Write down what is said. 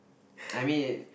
I mean